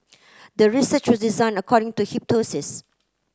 the research was designed according to hypothesis